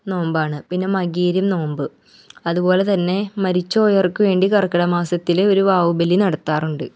നോമ്പാണ് പിന്നെ മകയിരം നോമ്പ് അതുപോലെ തന്നെ മരിച്ചോയർക്ക് വേണ്ടി കർക്കിട മാസത്തിലെ ഒരു വാവ് ബലി നടത്താറുണ്ട്